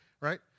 right